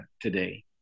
today